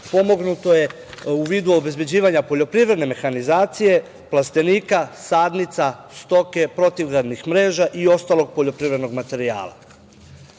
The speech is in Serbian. pomognuto je u vidu obezbeđivanja poljoprivredne mehanizacije, plastenika, sadnica, stoke, protivgradnih mreža i ostalog poljoprivrednog materijala. Dolaskom